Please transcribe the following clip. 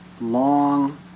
long